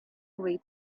away